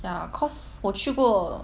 ya course 我去过